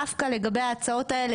דווקא לגבי ההצעות האלה,